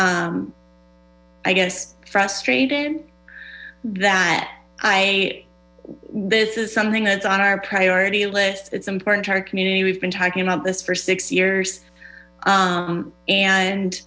i gess frustrated that i this is something that's on our priority list it's important to our community we've been talking about this for six years